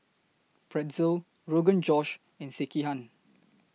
Pretzel Rogan Josh and Sekihan